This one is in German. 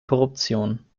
korruption